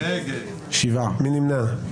מי נמנע?